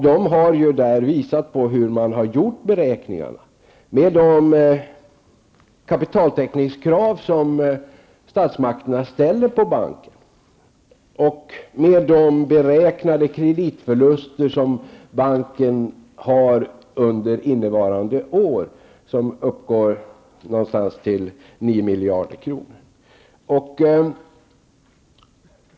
De har redovisat hur beräkningarna har gjorts med utgångspunkt i de kapitaltäckningskrav som statsmakterna ställer på bankledningen och med bankens beräknade kreditförluster under detta år. Dessa uppgår till ca 9 miljarder kronor.